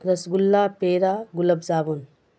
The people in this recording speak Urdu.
رس گلہ پیڑا گلاب جامن